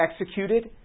executed